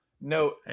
no